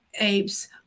apes